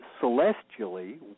celestially